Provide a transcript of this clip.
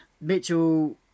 Mitchell